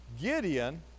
Gideon